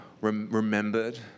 remembered